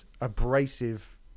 abrasive